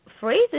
phrases